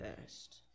first